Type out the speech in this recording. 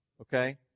Okay